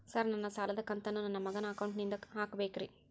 Sir ನನ್ನ ಸಾಲದ ಕಂತನ್ನು ನನ್ನ ಮಗನ ಅಕೌಂಟ್ ನಿಂದ ಹಾಕಬೇಕ್ರಿ?